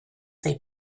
they